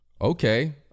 okay